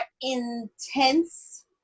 intense